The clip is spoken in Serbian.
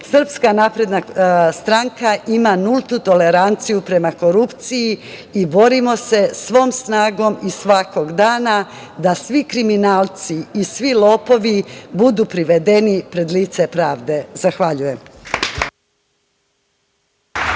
organa. Srpska napredna stranka ima nultu toleranciju prema korupciji i borimo se svom snagom i svakog dana da svi kriminalci i svi lopovi budu privedeni pred lice pravde. Zahvaljujem.